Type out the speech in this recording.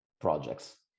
projects